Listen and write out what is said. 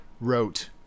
wrote